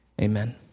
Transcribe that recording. Amen